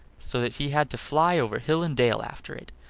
so that he had to fly over hill and dale after it,